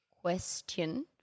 question